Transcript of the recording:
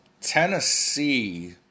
Tennessee